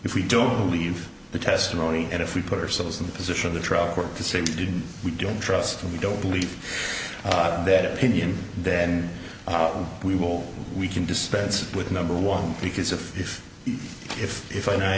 if we don't believe the testimony and if we put ourselves in the position of the truck or to say we didn't we don't trust we don't believe that opinion then we will we can dispense with number one because if if if if i